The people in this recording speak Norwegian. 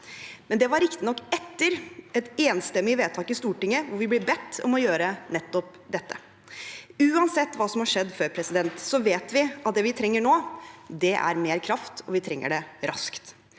men det var riktignok etter et enstemmig vedtak i Stortinget hvor vi ble bedt om å gjøre nettopp dette. Uansett hva som har skjedd før, vet vi at det vi trenger nå, er mer kraft, og vi trenger det raskt.